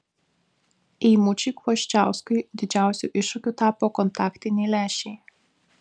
eimučiui kvoščiauskui didžiausiu iššūkiu tapo kontaktiniai lęšiai